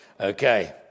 Okay